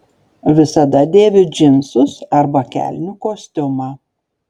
visada dėviu džinsus arba kelnių kostiumą